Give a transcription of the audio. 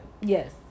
Yes